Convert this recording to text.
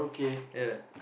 yeah